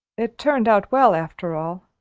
it turned out well after all.